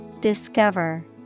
Discover